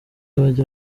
banya